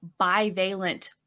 bivalent